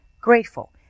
grateful